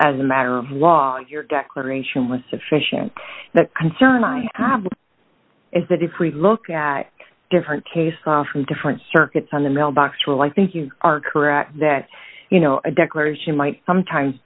as a matter of law your declaration was sufficient the concern i have is that if we look at different cases from different circuits on the mailbox rule i think you are correct that you know a declaration might sometimes